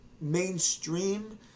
mainstream